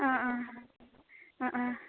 অঁ অঁ অঁ অঁ